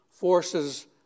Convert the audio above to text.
forces